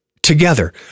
Together